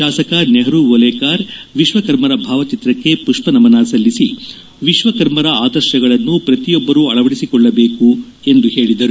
ಶಾಸಕ ನೆಪರು ಓಲೇಕಾರ ವಿಶ್ವಕರ್ಮರ ಭಾವಚಿತ್ರಕ್ಷೆ ಮಪ್ಪ ನಮನ ಸಲ್ಲಿಸಿ ವಿಶ್ವಕರ್ಮರ ಆದರ್ಶಗಳನ್ನು ಶ್ರತಿಯೊಬ್ಬರೂ ಅಳವಡಿಸಿಕೊಳ್ಳಬೇಕು ಎಂದು ಹೇಳಿದರು